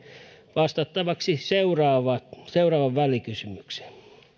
vastattavaksi seuraavan seuraavan välikysymyksen